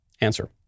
answer